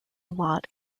lot